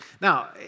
Now